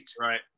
right